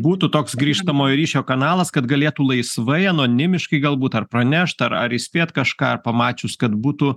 būtų toks grįžtamojo ryšio kanalas kad galėtų laisvai anonimiškai galbūt ar pranešt ar ar įspėt kažką pamačius kad būtų